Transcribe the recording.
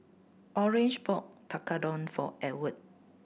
Orange bought Tekkadon for Edward